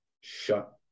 shut